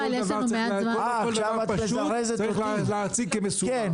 לא כל דבר פשוט צריך להציג כמסובך.